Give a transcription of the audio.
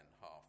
half